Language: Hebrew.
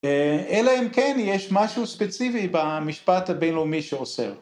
אלא אם כן יש משהו ספציפי במשפט הבינלאומי שעושה